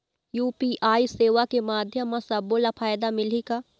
UPI सेवा के माध्यम म सब्बो ला फायदा मिलही का?